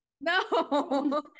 No